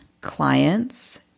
clients